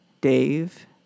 Dave